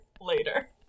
later